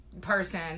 person